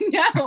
no